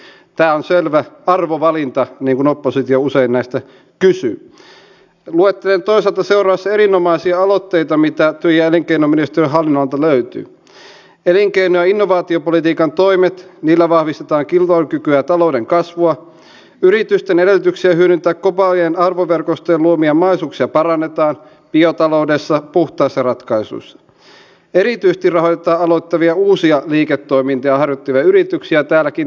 kyllähän omaishoidon kehittäminen on hieno asia mutta nyt kun tämä suuntaus on sata seurassa erinomaisia aloitteita mitä utriainen se että laitoshoitoa on vähennetty ja heikennetty niin entistä useammalle omaishoidosta tulee toki todella houkutteleva vaihtoehto ellei sitten ole paksua lompakkoa jolla ostaa näitä laitoshoidon palveluita